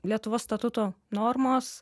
lietuvos statuto normos